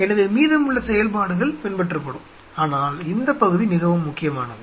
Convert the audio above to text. எனவே மீதமுள்ள செயல்பாடுகள் பின்பற்றப்படும் ஆனால் இந்த பகுதி மிகவும் முக்கியமானது